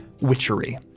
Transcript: witchery